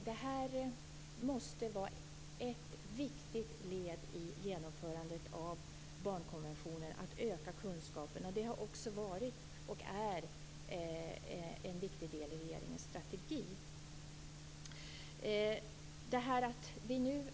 Det måste vara ett viktigt led i genomförandet av barnkonventionen att öka kunskapen. Det har också varit och är en viktig del i regeringens strategi.